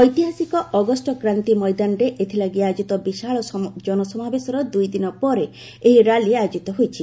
ଐତିହାସିକ ଅଗଷ୍ଟ କ୍ରାନ୍ତି ମଇଦାନରେ ଏଥିଲାଗି ଆୟୋଜିତ ବିଶାଳ ଜନସମାବେଶର ଦୁଇଦିନ ପରେ ଏହି ର୍ୟାଲି ଆୟୋଜିତ ହୋଇଛି